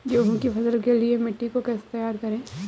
गेहूँ की फसल के लिए मिट्टी को कैसे तैयार करें?